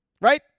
right